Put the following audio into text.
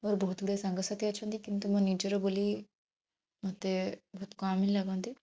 ମୋର ବହୁତ ଗୁଡ଼ଏ ସାଙ୍ଗସାଥି ଅଛନ୍ତି କିନ୍ତୁ ମୋର ନିଜର ବୋଲି ମୋତେ ବହୁତ କମ ଲାଗନ୍ତି